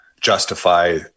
justify